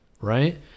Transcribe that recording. right